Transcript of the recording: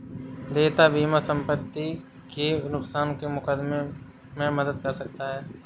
देयता बीमा संपत्ति के नुकसान के मुकदमे में मदद कर सकता है